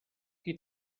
qui